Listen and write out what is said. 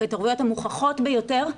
כהתערבויות המוכחות ביותר,